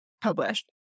published